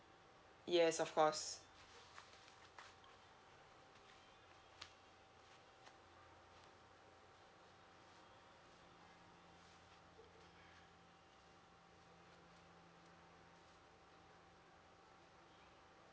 yes of course